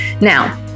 Now